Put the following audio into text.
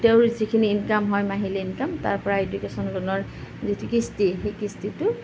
তেওঁৰ যিখিনি ইনকাম হয় মাহিলি ইনকাম তাৰ পৰা এডুকেশ্যন লোনৰ যিটো কিস্তি সেই কিস্তিটো